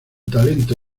talento